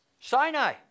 Sinai